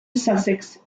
sussex